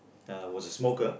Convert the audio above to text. uh was a smoker